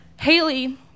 Haley